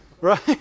Right